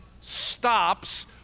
stops